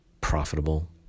profitable